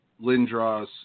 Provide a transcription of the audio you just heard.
Lindros